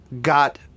got